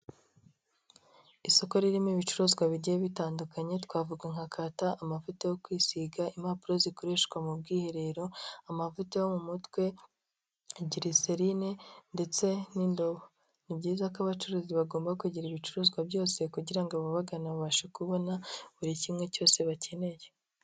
Isoko ririmo ibicuruzwa bigiye bitandukanye. Twavuga: nka kata, amavuta yo kwisiga, impapuro zikoreshwa mu bwiherero, amavuta yo mu mutwe, gelecerine ndetse n'indobo. Ni byiza ko abacuruzi bagomba kugira ibicuruzwa byose kugira ngo ababagana babashe kubona, buri kimwe cyose bakeneye.